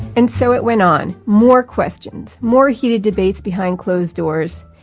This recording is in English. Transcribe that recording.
and so it went on more questions, more heated debates behind closed doors.